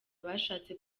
abashatse